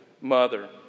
mother